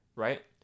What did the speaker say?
Right